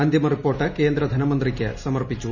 അന്തിമ റിപ്പോർട്ട് കേന്ദ്രധനമന്ത്രിക്ക് സമർപ്പിച്ചു